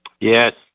Yes